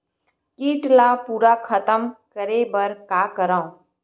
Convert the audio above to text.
कीट ला पूरा खतम करे बर का करवं?